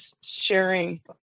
sharing